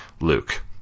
Luke